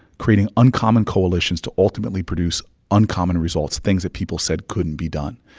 creating uncommon coalitions to ultimately produce uncommon results, things that people said couldn't be done.